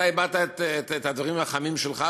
אתה הבעת את הדברים החמים שלך,